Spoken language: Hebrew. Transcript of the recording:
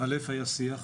א', היה שיח,